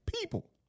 people